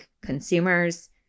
consumers